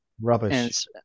Rubbish